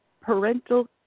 parental